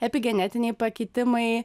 epigenetiniai pakitimai